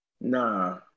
Nah